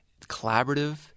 collaborative